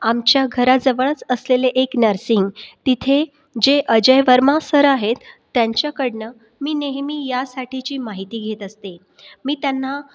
आमच्या घराजवळच असलेले एक नर्सिंग तिथे जे अजय वर्मा सर आहेत त्यांच्याकडनं मी नेहमी यासाठीची माहिती घेत असते मी त्यांना